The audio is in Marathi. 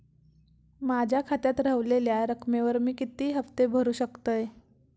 माझ्या खात्यात रव्हलेल्या रकमेवर मी किती हफ्ते भरू शकतय?